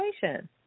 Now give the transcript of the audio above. situation